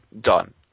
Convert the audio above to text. done